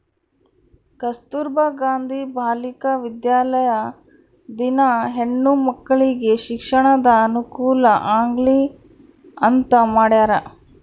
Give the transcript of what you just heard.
ಕಸ್ತುರ್ಭ ಗಾಂಧಿ ಬಾಲಿಕ ವಿದ್ಯಾಲಯ ದಿನ ಹೆಣ್ಣು ಮಕ್ಕಳಿಗೆ ಶಿಕ್ಷಣದ ಅನುಕುಲ ಆಗ್ಲಿ ಅಂತ ಮಾಡ್ಯರ